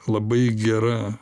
labai gera